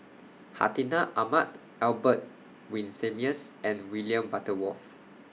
Hartinah Ahmad Albert Winsemius and William Butterworth